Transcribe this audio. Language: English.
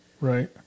Right